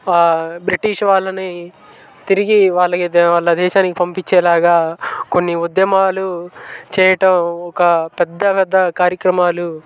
British వాళ్ళని తిరిగి వాళ్ళ దే వాళ్ళ దేశానికి పంపించేలాగా కొన్ని ఉద్యమాలు చేయటం ఒక పెద్ద పెద్ద కార్యక్రమాలు